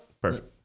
Perfect